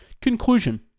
Conclusion